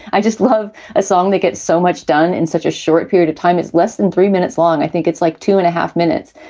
i just love a song. they get so much done in such a short period of time. it's less than three minutes long. i think it's like two and a half minutes.